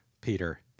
Peter